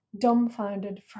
dumbfounded